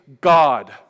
god